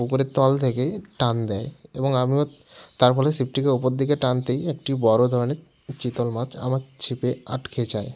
পুকুরের তল থেকেই টান দেয় এবং আমিও তার ফলে ছিপটিকে ওপরের দিকে টানতেই একটি বড়ো ধরনের চিতল মাছ আমার ছিপে আটকে যায়